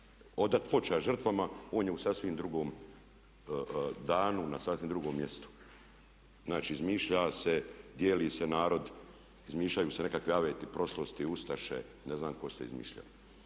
odala počast žrtvama on je u sasvim drugom danu na sasvim drugom mjestu. Znači, smišlja se, dijeli se narod, izmišljaju se nekakvi aveti prošlosti, ustaše, ne znam tko se izmišlja.